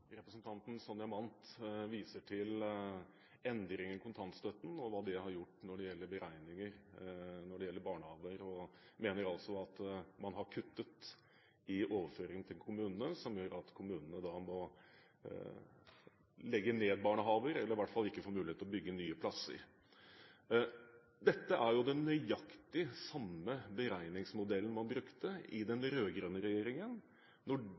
Representanten Sonja Mandt viser til endringer i kontantstøtten og hva det har hatt å si når det gjelder beregninger av barnehageutbygging. Hun mener at kutt i overføringene til kommunene gjør at kommunene må legge ned barnehager, eller at de i hvert fall ikke får mulighet til å bygge nye plasser. Men dette er jo nøyaktig den samme beregningsmodellen som man brukte i den rød-grønne regjeringen